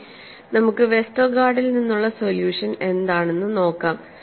ഇനി നമുക്ക് വെസ്റ്റർഗാർഡിൽ നിന്നുള്ള സൊല്യൂഷൻ എന്താണെന്ന് നോക്കാം